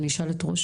ראש